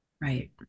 Right